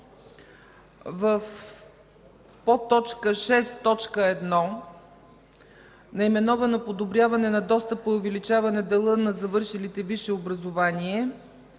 в подточка 6.1 – „Подобряване на достъпа и увеличаване дела на завършилите висше образование”.